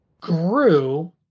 grew